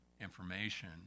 information